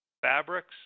fabrics